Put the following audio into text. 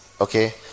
okay